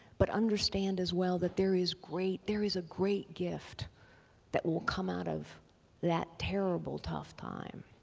but understand as well that there is great, there is a great gift that will come out of that terrible tough time.